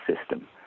system